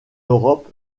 europe